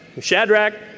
Shadrach